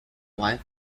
wife